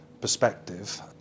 perspective